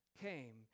came